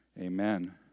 Amen